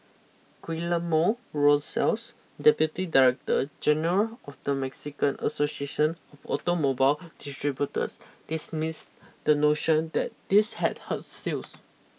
Guillermo Rosales deputy director general of the Mexican association of automobile distributors dismissed the notion that this had hurt sales